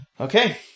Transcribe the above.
Okay